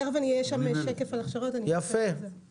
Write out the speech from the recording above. תיכף יהיה שקף של הכשרות, אפרט.